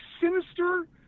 sinister